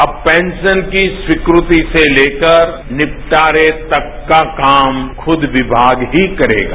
अब पंशन की स्वीकृति से लेकर निपटारे तक का काम खुद विभाग ही करेगा